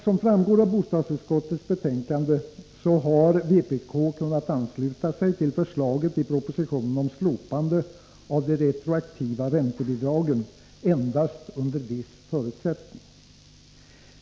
Som framgår av bostadsutskottets betänkande har vpk kunnat ansluta sig till förslaget i propositionen om slopande av de retroaktiva räntebidragen endast under viss förutsättning.